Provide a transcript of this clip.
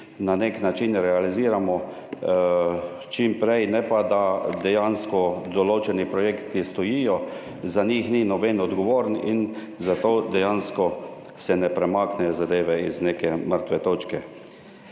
na nek način realiziramo čim prej, ne pa da dejansko določeni projekti stojijo, za njih ni noben odgovoren in za to dejansko se ne premaknejo zadeve iz neke mrtve točke.